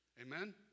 Amen